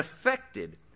affected